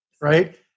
right